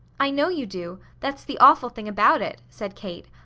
i know you do. that's the awful thing about it, said kate.